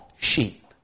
sheep